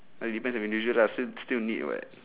!huh! depends on individual lah still still need [what]